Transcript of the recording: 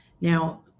Now